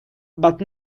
but